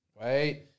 Wait